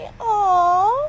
aww